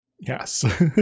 Yes